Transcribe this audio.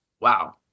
Wow